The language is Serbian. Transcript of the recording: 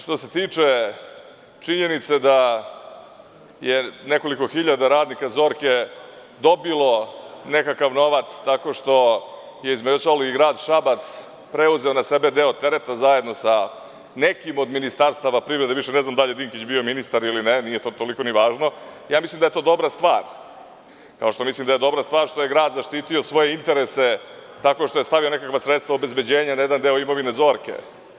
Što se tiče činjenice da je nekoliko hiljada radnika „Zorke“ dobilo nekakav novac tako što je grad Šabac preuzeo na sebe deo tereta zajedno sa nekim od ministarstava privrede, ne znam da li je Dinkić bio ministar ili ne, nije ni važno, mislim da je to dobra stvar, kao što mislim i da je dobra stvar da je grad zaštitio svoje interese tako što je stavio neka sredstva obezbeđenja na jedan deo imovine „Zorke“